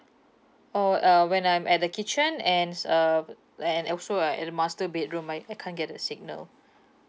oh uh when I'm at the kitchen and s~ uh and and also I at the master bedroom I I can't get the signal